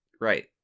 right